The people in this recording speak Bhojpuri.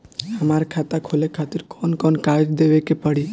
हमार खाता खोले खातिर कौन कौन कागज देवे के पड़ी?